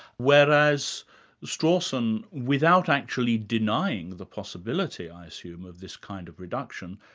whereas strawson, without actually denying the possibility i assume of this kind of reduction,